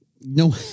No